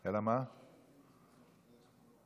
גם אם לא נמצאים?